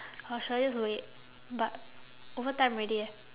or should I just wait but overtime already eh